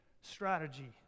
strategy